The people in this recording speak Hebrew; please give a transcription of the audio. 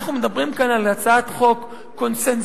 אנחנו מדברים כאן על הצעת חוק קונסנזואלית,